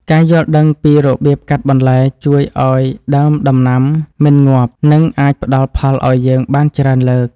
ការយល់ដឹងពីរបៀបកាត់បន្លែជួយឱ្យដើមដំណាំមិនងាប់ និងអាចផ្តល់ផលឱ្យយើងបានច្រើនលើក។